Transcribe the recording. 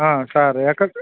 sir ఎక్కడ